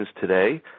today